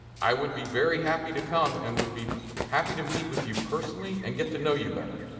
i would be very happy to come and would be happy to meet with you personally and get to know you better.